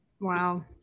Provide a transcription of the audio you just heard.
Wow